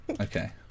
Okay